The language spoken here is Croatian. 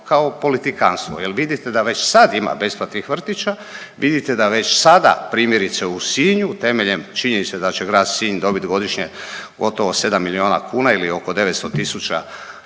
kao politikantstvo jel vidite da već sad ima besplatnih vrtića, vidite da već sada primjerice u Sinju temeljem činjenice da će Grad Sinj dobiti godišnje gotovo sedam milijuna kuna ili oko 900.000